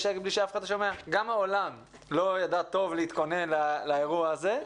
גם העולם לא ידע טוב להתכונן לאירוע הזה.